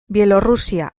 bielorrusia